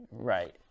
right